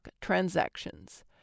transactions